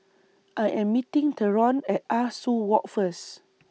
I Am meeting Theron At Ah Soo Walk First